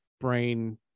brain